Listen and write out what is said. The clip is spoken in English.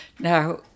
Now